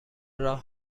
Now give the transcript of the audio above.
راه